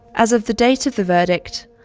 as of the date of the verdict,